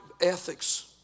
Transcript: ethics